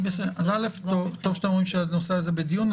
א', טוב שאתם אומרים שהנושא הזה בדיון.